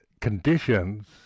conditions